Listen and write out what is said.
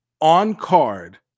on-card